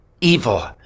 evil